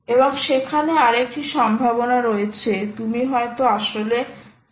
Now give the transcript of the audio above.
এবং সেখানে আরেকটি সম্ভাবনা রয়েছে তুমি হয়তো আসলে সেশন হোল্ড করছো